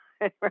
right